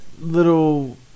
little